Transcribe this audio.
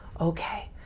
Okay